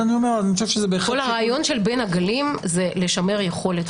כל הרעיון של בין הגלים הוא לשמר יכולת,